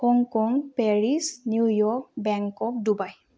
Hong Kong Paris New York Bangkok Dubai